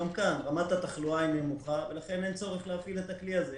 גם כאן רמת התחלואה היא נמוכה ולכן אין צורך להפעיל את הכלי הזה,